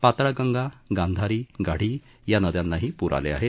पाताळगंगा गांधारी गाढी या नद्यानाही पूर आले आहेत